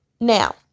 Now